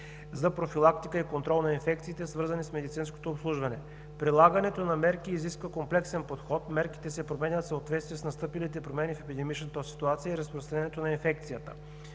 за профилактика и контрол на инфекциите, свързани с медицинското обслужване. Прилагането на мерки изисква комплексен подход. Мерките се променят в съответствие с настъпилите промени в епидемичната ситуация и разпространението на инфекцията,